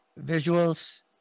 visuals